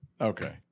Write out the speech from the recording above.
Okay